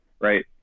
Right